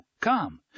Come